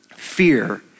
Fear